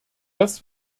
dass